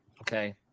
okay